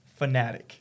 Fnatic